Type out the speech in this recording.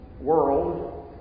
world